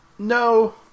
No